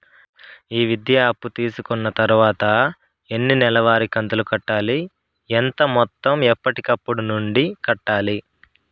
ఈ విద్యా అప్పు తీసుకున్న తర్వాత ఎన్ని నెలవారి కంతులు కట్టాలి? ఎంత మొత్తం ఎప్పటికప్పుడు నుండి కట్టాలి?